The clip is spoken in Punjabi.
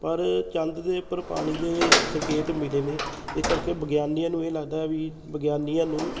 ਪਰ ਚੰਦ ਦੇ ਉੱਪਰ ਪਾਣੀ ਦੇ ਸੰਕੇਤ ਮਿਲੇ ਨੇ ਇਸ ਕਰਕੇ ਵਿਗਿਆਨੀਆਂ ਨੂੰ ਇਹ ਲੱਗਦਾ ਵੀ ਵਿਗਿਆਨੀਆਂ ਨੂੰ